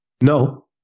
no